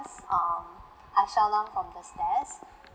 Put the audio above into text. um I fell down from the stairs